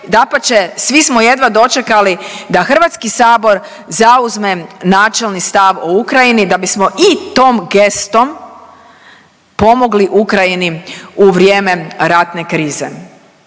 svi smo jedva dočekali da Hrvatski sabor zauzme načelni stav o Ukrajini da bismo i tom gestom pomogli Ukrajini u vrijeme ratne krize.